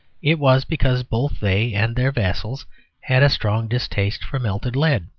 it was because both they and their vassals had a strong distaste for melted lead.